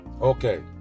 Okay